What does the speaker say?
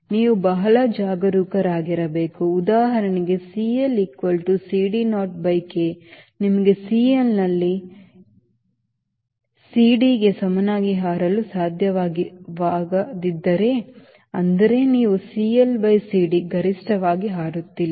ನೀವು ಬಹಳ ಜಾಗರೂಕರಾಗಿರಬೇಕು ಉದಾಹರಣೆಗೆ CL equal to CD naught by K ನಿಮಗೆ ಸಿಎಲ್ನಲ್ಲಿ ಸಿಡಿಗೆ ಸಮನಾಗಿ ಹಾರಲು ಸಾಧ್ಯವಾಗದಿದ್ದರೆ ಅಂದರೆ ನೀವು CLCD ಗರಿಷ್ಠವಾಗಿ ಹಾರುತ್ತಿಲ್ಲ